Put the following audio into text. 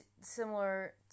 similar